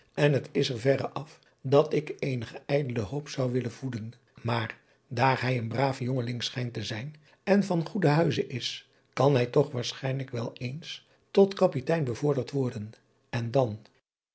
n t is er verre af dat ik eenige ijdele hoop zou willen voeden maar daar hij een braaf jongeling schijnt te zijn en van goeden huize is zal hij toch waarschijnelijk wel eens tot apitein bevorderd worden en dan